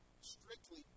strictly